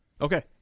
Okay